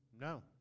No